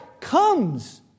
comes